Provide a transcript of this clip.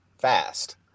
fast